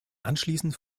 anschließend